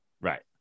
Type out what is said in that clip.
Right